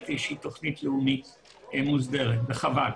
איזושהי תוכנית לאומית מוסדרת וחבל.